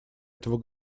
этого